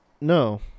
No